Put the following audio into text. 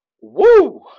Woo